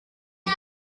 die